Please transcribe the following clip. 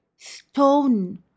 Stone